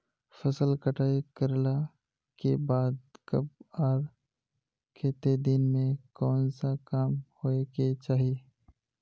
फसल कटाई करला के बाद कब आर केते दिन में कोन सा काम होय के चाहिए?